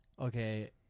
okay